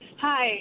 Hi